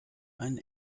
einen